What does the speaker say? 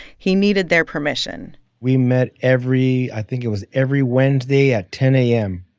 he needed their permission we met every i think it was every wednesday at ten a m.